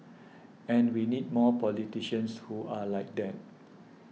and we need more politicians who are like that